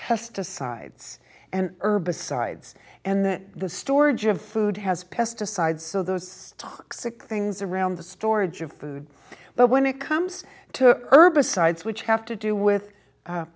pesticides and herbicides and the storage of food has pesticides so those toxic things around the storage of food but when it comes to herbicides which have to do with